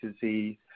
disease